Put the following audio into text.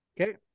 Okay